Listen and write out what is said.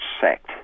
sacked